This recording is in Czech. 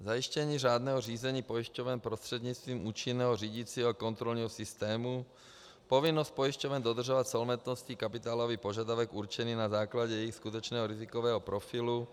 Zajištění řádného řízení pojišťoven prostřednictvím účinného řídicího a kontrolního systému, povinnost pojišťoven dodržovat solventnostní kapitálový požadavek určený na základě jejich skutečného rizikového profilu.